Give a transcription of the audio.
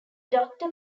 doctor